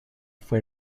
fue